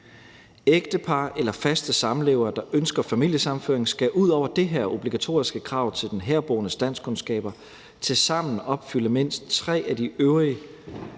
Ægtepar eller faste samlevere, der ønsker familiesammenføring, skal ud over det her obligatoriske krav til den herboendes danskkundskaber tilsammen opfylde mindst tre af de øvrige